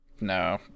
no